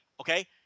Okay